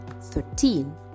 thirteen